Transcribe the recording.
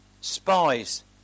spies